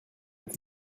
êtes